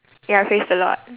ya praise the lord